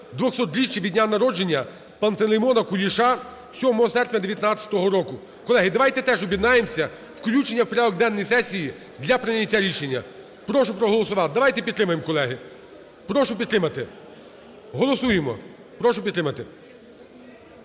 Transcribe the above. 200-річчя від дня народження Пантелеймона Олександровича Куліша (7 серпня 2019 року). Колеги, давайте теж об'єднаємося. Включення в порядок денний сесії для прийняття рішення. Прошу проголосувати. Давайте підтримаємо, колеги. Прошу підтримати. Голосуємо. Прошу підтримати.